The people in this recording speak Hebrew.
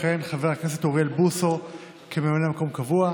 יכהן חבר הכנסת אוריאל בוסו כממלא מקום קבוע,